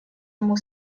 ему